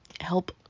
help